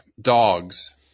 Dogs